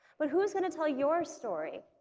but who's gonna tell your story?